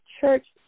church